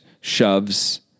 shoves